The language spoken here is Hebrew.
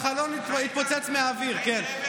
החלון התפוצץ מהאוויר, כן.